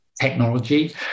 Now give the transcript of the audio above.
technology